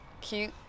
cute